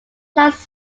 plants